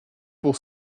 pour